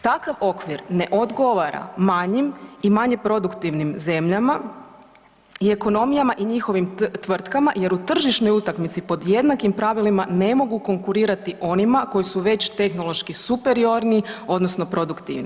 Takav okvir ne odgovara manjim i manje produktivnim zemljama i ekonomijama i njihovim tvrtkama jer u tržišnoj utakmici pod jednakim pravilima ne mogu konkurirati onima koji su već tehnološki superiorni odnosno produktivni.